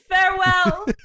Farewell